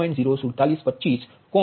04725 કોણ 221